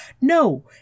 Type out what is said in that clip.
No